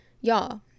Y'all